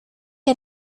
que